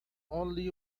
only